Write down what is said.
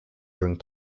during